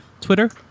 Twitter